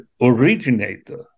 originator